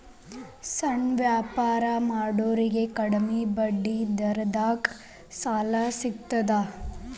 ಸಣ್ಣ ವ್ಯಾಪಾರ ಮಾಡೋರಿಗೆ ಕಡಿಮಿ ಬಡ್ಡಿ ದರದಾಗ್ ಸಾಲಾ ಸಿಗ್ತದಾ?